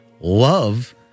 Love